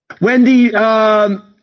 Wendy